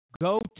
go